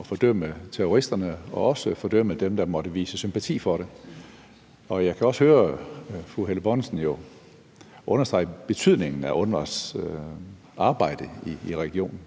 at fordømme terroristerne og også fordømme dem, der måtte vise sympati for det. Og jeg kan jo også høre fru Helle Bonnesen understrege betydningen af UNRWA's arbejde i regionen.